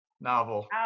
novel